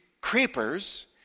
creepers